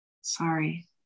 sorry